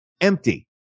empty